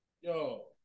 Yo